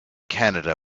canada